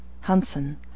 hansen